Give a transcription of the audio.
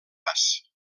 pas